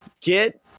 Get